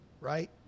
right